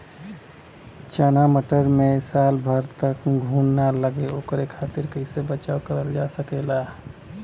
चना मटर मे साल भर तक घून ना लगे ओकरे खातीर कइसे बचाव करल जा सकेला?